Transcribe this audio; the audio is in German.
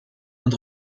und